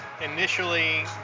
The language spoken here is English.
initially